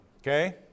Okay